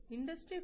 industry 4